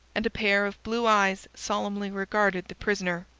and a pair of blue eyes solemnly regarded the prisoner.